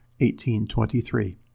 1823